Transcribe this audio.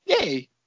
Yay